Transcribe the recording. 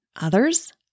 others